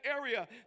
area